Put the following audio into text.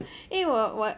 因为我我